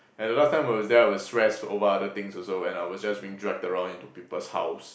and the last time I was there I was stressed over other things also when I was just being dragged around into people's house